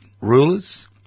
rulers